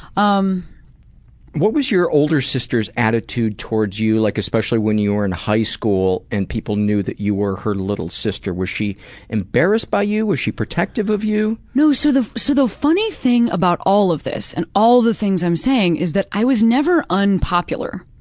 um what was your older sister's attitude towards you, like especially when you were in high school and people knew that you were her little sister. was she embarrassed by you, was she protective of you? know so the so the funny thing about all of this and all the things i'm saying is that i was never unpopular.